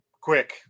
quick